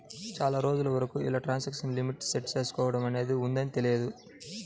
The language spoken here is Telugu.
చాలా రోజుల వరకు ఇలా ట్రాన్సాక్షన్ లిమిట్ ని సెట్ చేసుకోడం అనేది ఉంటదని తెలియదు